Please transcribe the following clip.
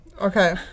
Okay